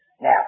Now